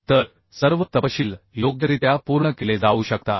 तर सर्व तपशील योग्यरित्या पूर्ण केले जाऊ शकतात